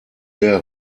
der